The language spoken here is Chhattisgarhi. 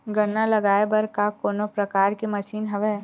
गन्ना लगाये बर का कोनो प्रकार के मशीन हवय?